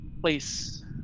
place